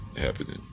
happening